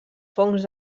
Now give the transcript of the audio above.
fongs